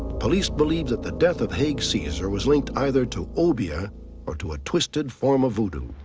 police believed that the death of haig caesar was linked either to obeah or to a twisted form of voodoo.